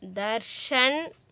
Darshan